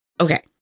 Okay